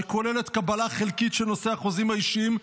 שכוללת קבלה חלקית של נושא החוזים האישיים.